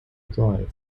drive